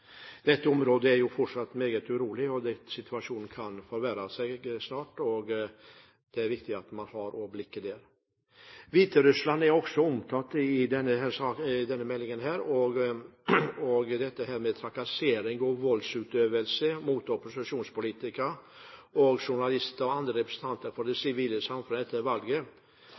Dette området er fortsatt meget urolig, og situasjonen kan forverre seg snart. Det er viktig at man har blikket der. Hviterussland er også omtalt i denne innstillingen. Trakassering og voldsutøvelse mot opposisjonspolitikere, journalister og andre representanter for det sivile samfunn etter valget, ikke minst iverksettelse av dødsstraff og vedtaket om ikke å forlenge mandatet til